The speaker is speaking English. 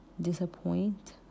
Disappoint